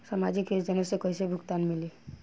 सामाजिक योजना से कइसे भुगतान मिली?